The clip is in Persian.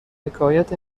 حکایت